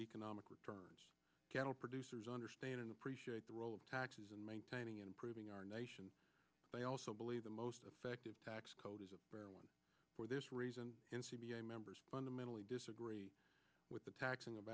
economic returns cattle producers understand and appreciate the role of taxes and maintaining improving our nation they also believe the most effective tax code is for this reason in c b a members fundamentally disagree with the taxing